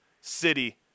city